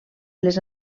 les